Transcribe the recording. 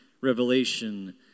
Revelation